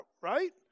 right